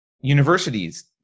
universities